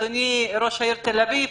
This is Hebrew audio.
אדוני ראש עיריית תל אביב,